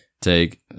take